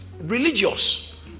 religious